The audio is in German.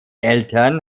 eltern